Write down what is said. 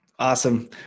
Awesome